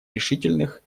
решительных